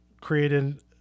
created –